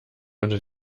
unter